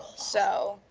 so.